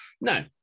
no